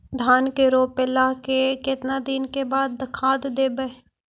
धान के रोपला के केतना दिन के बाद खाद देबै?